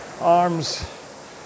Arms